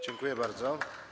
Dziękuję bardzo.